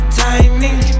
timing